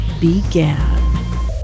began